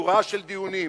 בשורה של דיונים,